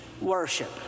worship